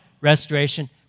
restoration